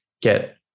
get